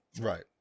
Right